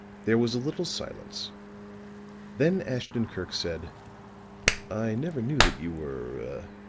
there was a little silence then ashton-kirk said i never knew that you were